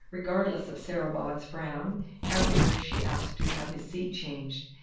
regardless of sarah maud's frown after which she asked to have his seat changed,